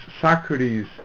Socrates